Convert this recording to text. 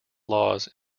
laws